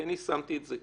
כי אני שמתי את זה,